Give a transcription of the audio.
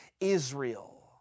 Israel